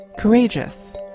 Courageous